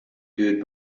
good